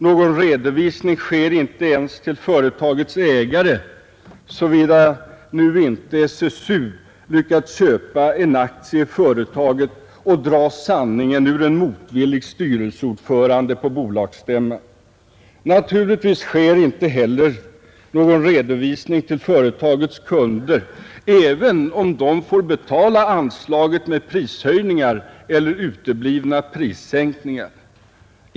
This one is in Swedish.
Någon redovisning sker inte ens till företagets ägare, såvida nu inte SSU lyckats köpa en aktie i företaget och dra sanningen ur en motvillig styrelseordförande på bolagsstämman. Naturligtvis sker inte någon redovisning till företagets kunder, även om de får betala anslaget med prishöjningar eller uteblivna prissänkningar.